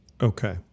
Okay